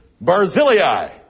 Barzillai